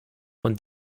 von